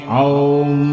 aum